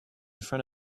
front